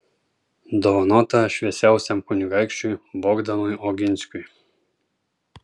dovanota šviesiausiam kunigaikščiui bogdanui oginskiui